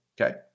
Okay